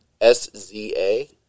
S-Z-A